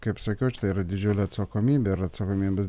kaip sakiau čia yra didžiulė atsakomybė ir atsakomybė